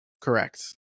Correct